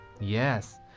Yes